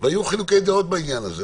והיו חילוקי דעות בעניין הזה.